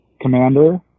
commander